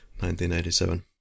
1987